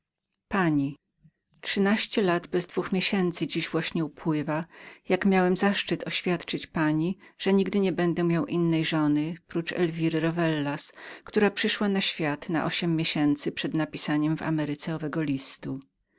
pani trzynaście lat mniej dwoma miesięcami dziś właśnie upływa jak miałem zaszczyt oświadczenia pani że nigdy nie będę miał innej żony prócz elwiry de norugna która przyszła na świat na ośm miesięcy przed napisaniem tego listu w ameryce